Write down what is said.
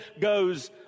goes